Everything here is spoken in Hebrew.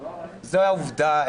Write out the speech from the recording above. זו העובדה,